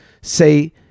say